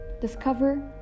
Discover